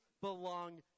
belong